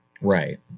right